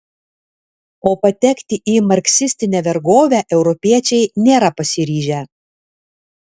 o patekti į marksistinę vergovę europiečiai nėra pasiryžę